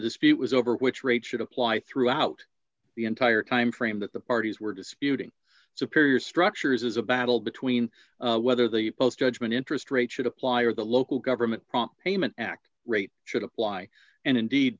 dispute was over which rate should apply throughout the entire time frame that the parties were disputing superior structures is a battle between whether they both judgement interest rate should apply or the local government prompt payment act rate should apply and indeed